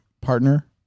partner